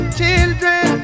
children